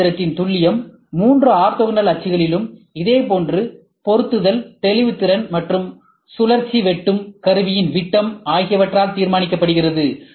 C இயந்திரத்தின் துல்லியம் மூன்று ஆர்த்தோகனல் அச்சுகளிலும் இதேபோன்ற பொருத்துதல் தெளிவுத்திறன் மற்றும் சுழற்சி வெட்டும் கருவியின் விட்டம் ஆகியவற்றால் தீர்மானிக்கப்படுகிறது